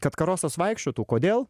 kad karosas vaikščiotų kodėl